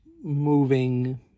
moving